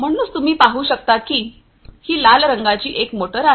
म्हणूनच तुम्ही पाहु शकता की हा लाल रंगाची एक मोटर आहे